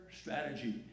strategy